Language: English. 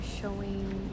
showing